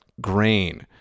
grain